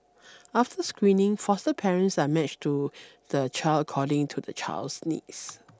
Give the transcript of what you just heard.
after screening foster parents are matched to the child according to the child's needs